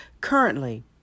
Currently